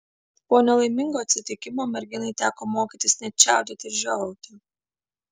po nelaimingo atsitikimo merginai teko mokytis net čiaudėti ir žiovauti